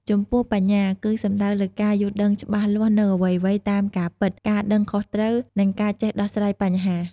ចំពោះបញ្ញាគឺសំដៅលើការយល់ដឹងច្បាស់លាស់នូវអ្វីៗតាមការពិត ការដឹងខុសត្រូវ និងការចេះដោះស្រាយបញ្ហា។